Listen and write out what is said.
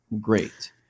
great